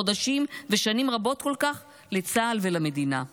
חודשים ושנים רבות כל כך לצה"ל ולמדינה.